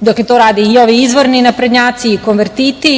dok to rade i ovi izvorni naprednjaci i konvertiti.